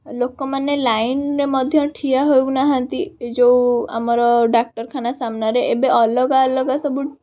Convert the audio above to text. ଲୋକମାନେ ଲାଇନ୍ରେ ମଧ୍ୟ ଠିଆ ହେଉନାହାନ୍ତି ଏ ଯେଉଁ ଆମର ଡାକ୍ତରଖାନା ସାମ୍ନାରେ ଏବେ ଅଲଗା ଅଲଗା ସବୁ